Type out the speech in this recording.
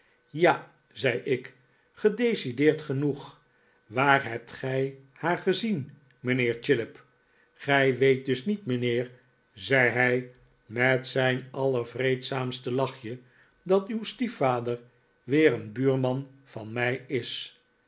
ja zei ik gedecideerd genoeg waar hebt gij haar gezien mijnheer chillip gij weet dus niet mijnheer zei hij met zijn allervreedzaamste lachje dat uw stiefvader weer een buurman van mij is